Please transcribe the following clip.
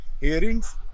hearings